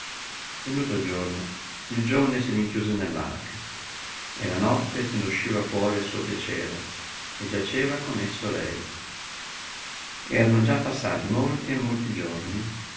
venuto il giorno il giovane si rinchiuse nell'arca e la notte se ne usciva fuori a suo piacere e giaceva con esso lei erano già passati molti e molti giorni